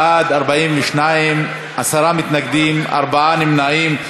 בעד, 42, עשרה מתנגדים, ארבעה נמנעים.